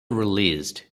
released